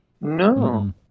No